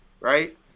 right